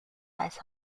ice